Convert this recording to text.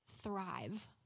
thrive